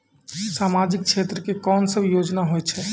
समाजिक क्षेत्र के कोन सब योजना होय छै?